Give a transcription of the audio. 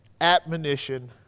admonition